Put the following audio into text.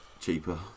cheaper